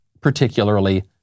particularly